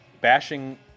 bashing